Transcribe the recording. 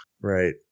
Right